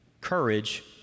courage